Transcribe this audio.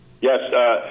Yes